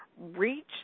reach